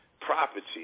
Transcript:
property